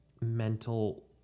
mental